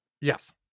Yes